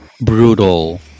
brutal